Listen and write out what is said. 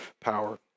power